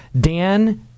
Dan